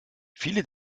viele